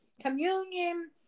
communion